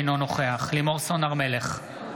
אינו נוכח לימור סון הר מלך,